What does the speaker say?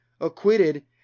acquitted